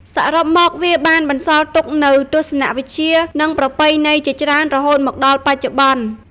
សរុបមក វាបានបន្សល់ទុកនូវទស្សនវិជ្ជា និងប្រពៃណីជាច្រើនរហូតមកដល់បច្ចុប្បន្ន។